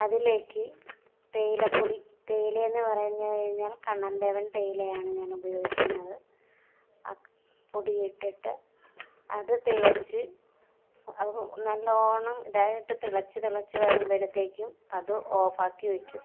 അതിലേയ്ക്ക് തേയിലപ്പൊടി തേയിലയിൽനിന്ന് പറഞ്ഞു കഴിഞ്ഞാൽ കണ്ണൻ ദേവൻ തേയിലയാണ് ഞാൻ ഉപയോഗിക്കുന്നത് ആ പൊടി ഇട്ടിട്ട് അതു തിളച്ച് അതു നല്ലോണം ഇതായിട്ട് തിളച്ച് തിളച്ച് വരുമ്പോഴത്തേക്കും അത് ഓഫാക്കി വയ്ക്കും